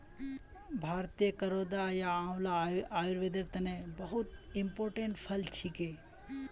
भारतीय करौदा या आंवला आयुर्वेदेर तने बहुत इंपोर्टेंट फल छिके